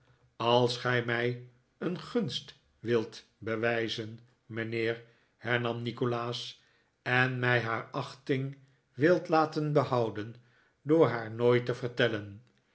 als gij mij een gunst wilt bewijzen mijnheer hernam nikolaas en mij haar achting wilt laten behouden door haar nooit te vertellen